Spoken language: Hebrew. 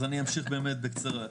אז אני אמשיך באמת בקצרה,